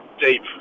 deep